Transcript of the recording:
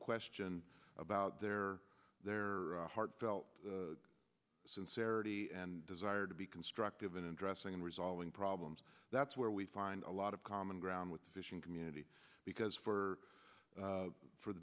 question about their heartfelt sincerity and desire to be constructive in addressing and resolving problems that's where we find a lot of common ground with the fishing community because for the for